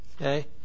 Okay